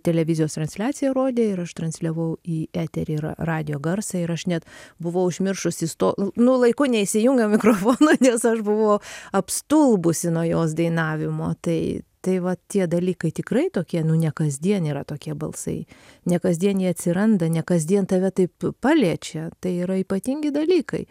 televizijos transliaciją rodė ir aš transliavau į eterį ir radijo garsą ir aš net buvau užmiršusi sto nu laiku neįsijungiau mikrofono nes aš buvau apstulbusi nuo jos dainavimo tai tai va tie dalykai tikrai tokie nu ne kasdien yra tokie balsai ne kasdien jie atsiranda ne kasdien tave taip paliečia tai yra ypatingi dalykai